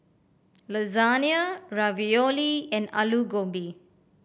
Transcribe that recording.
Lasagna Ravioli and Alu Gobi